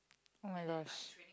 oh-my-gosh